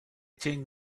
changed